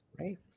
right